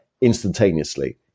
instantaneously